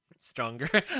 stronger